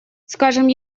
скажем